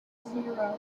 zero